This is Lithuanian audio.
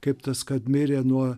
kaip tas kad mirė nuo